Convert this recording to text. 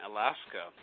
Alaska